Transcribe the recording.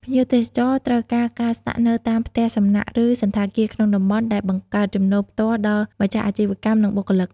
ភ្ញៀវទេសចរត្រូវការ ការស្នាក់នៅតាមផ្ទះសំណាក់ ឬសណ្ឋាគារក្នុងតំបន់ ដែលបង្កើតចំណូលផ្ទាល់ដល់ម្ចាស់អាជីវកម្ម និងបុគ្គលិក។